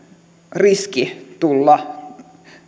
riski tulla